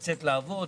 לצאת לעבוד,